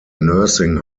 nursing